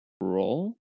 roll